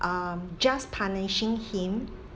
um just punishing him